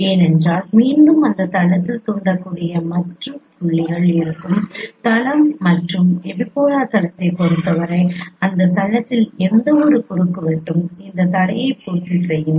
ஏனென்றால் மீண்டும் அந்த தளத்தில் தூண்டக்கூடிய மற்றும் புள்ளிகள் இருக்கும் தளம் மற்றும் எபிபோலார் தளத்தை பொறுத்தவரை அந்த தளத்தில் எந்தவொரு குறுக்குவெட்டும் இந்த தடையை பூர்த்தி செய்யும்